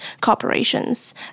corporations